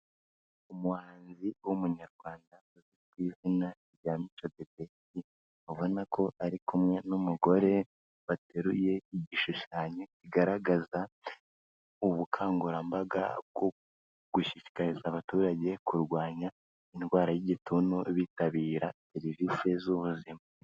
Umuhanzi w'umunyarwanda uzwi ku izina rya Mico the Best ubona ko ari kumwe n'umugore, bateruye igishushanyo kigaragaza ubukangurambaga bwo gushishikariza abaturage kurwanya indwara y'igituntu bitabira serivisi z'ubuzima.